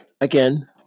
again